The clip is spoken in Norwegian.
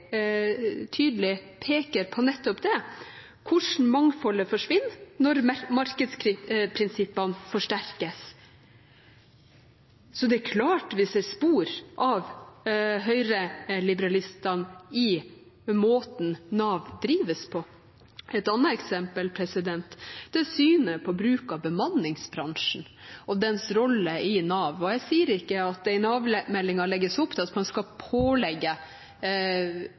tydelig peker på nettopp det – hvordan mangfoldet forsvinner når markedsprinsippene forsterkes. Så det er klart at vi ser spor av høyreliberalistene i måten Nav drives på. Et annet eksempel er synet på bruk av bemanningsbransjen og dens rolle i Nav. Og jeg sier ikke at det i Nav-meldingen legges opp til at man skal pålegge